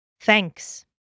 thanks